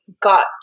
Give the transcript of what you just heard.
got